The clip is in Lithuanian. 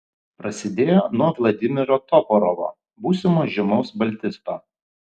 prasidėjo nuo vladimiro toporovo būsimo žymaus baltisto